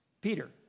Peter